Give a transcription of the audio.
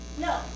No